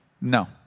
No